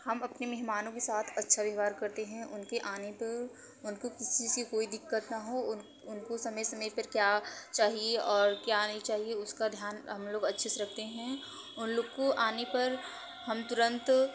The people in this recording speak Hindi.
हम अपने मेहमानों के साथ अच्छा व्यवहार करते हैं उनके आने पर उनको किसी चीज़ की कोई दिक्कत ना हो उनको समय समय पर क्या चाहिए और क्या नहीं चाहिए उसका ध्यान हम लोग अच्छे से रखते हैं उन लोगों को आने पर हम तुरंत